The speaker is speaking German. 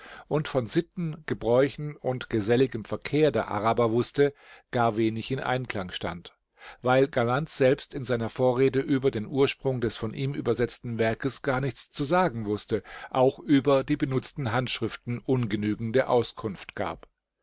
und von sitten gebräuchen und geselligem verkehr der araber wußte gar wenig in einklang stand weil galland selbst in seiner vorrede über den ursprung des von ihm übersetzten werkes gar nichts zu sagen wußte auch über die benutzten handschriften ungenügende auskunft gab